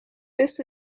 this